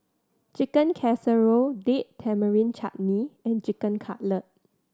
Chicken Casserole Date Tamarind Chutney and Chicken Cutlet